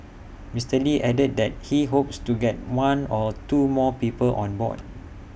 Mister lee added that he hopes to get one or two more people on board